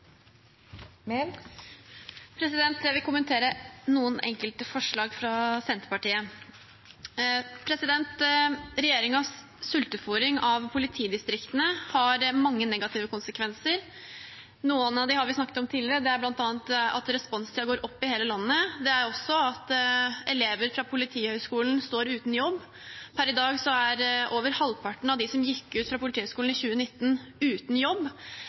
Jeg vil kommentere noen enkelte forslag fra Senterpartiet. Regjeringens sultefôring av politidistriktene har mange negative konsekvenser. Noen av dem har vi snakket om tidligere. Det er bl.a. at responstiden går opp i hele landet; det er også at elever fra Politihøgskolen står uten jobb. Per i dag er over halvparten av dem som gikk ut fra Politihøgskolen i 2019 uten jobb,